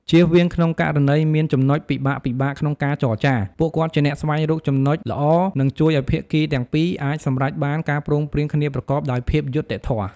ជៀសវាង ក្នុងករណីមានចំណុចពិបាកៗក្នុងការចរចា ពួកគាត់ជាអ្នកស្វែងរកចំណុចល្អ និងជួយឱ្យភាគីទាំងពីរអាចសម្រេចបានការព្រមព្រៀងគ្នាប្រកបដោយភាពយុត្តិធម៌។